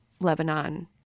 Lebanon